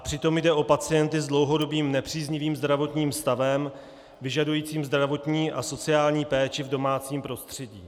Přitom jde o pacienty s dlouhodobým nepříznivým zdravotním stavem vyžadujícím zdravotní a sociální péči v domácím prostředí.